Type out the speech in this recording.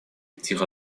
тихо